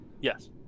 yes